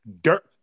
Dirt